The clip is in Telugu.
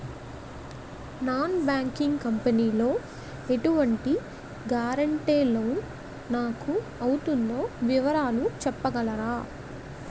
నాన్ బ్యాంకింగ్ కంపెనీ లో ఎటువంటి గారంటే లోన్ నాకు అవుతుందో వివరాలు చెప్పగలరా?